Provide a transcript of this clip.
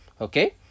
okay